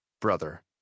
brother